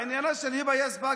בעניינה של היבה יזבק,